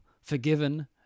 Forgiven